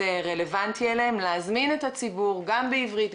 רלוונטי להם להזמין את הציבור גם בעברית,